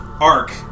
arc